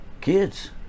kids